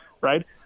right